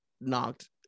knocked